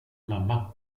mamma